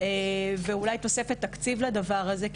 ואולי תוספת תקציב לדבר הזה,